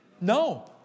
No